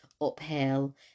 uphill